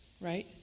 right